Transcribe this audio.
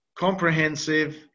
comprehensive